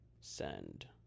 send